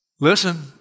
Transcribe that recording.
Listen